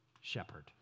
shepherd